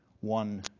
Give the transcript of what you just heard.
one